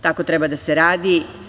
Tako treba da se radi.